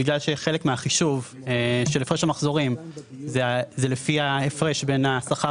בגלל שחלק מהחישוב של הפרש המחזורים הוא לפי ההפרש בין השכר